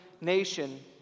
nation